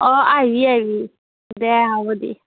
অ' আহিবি আহিবি দে হ'ব দে